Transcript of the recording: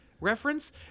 reference